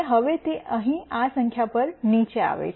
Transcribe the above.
હવે તે અહીં આ સંખ્યા પર નીચે આવી છે